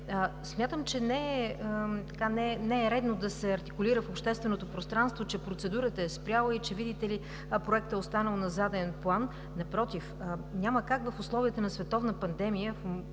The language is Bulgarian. Смятам, че не е редно да се артикулира в общественото пространство, че процедурата е спряла и, видите ли, Проектът е останал на заден план. Напротив, няма как в условията на световна пандемия